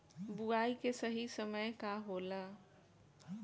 बुआई के सही समय का होला?